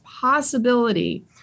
possibility